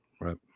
right